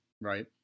Right